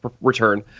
return